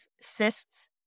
cysts